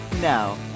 Now